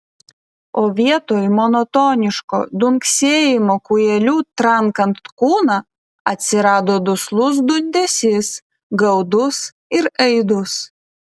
o vietoj monotoniško dunksėjimo kūjeliu trankant kūną atsirado duslus dundesys gaudus ir aidus